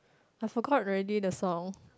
I forgot already the song